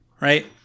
right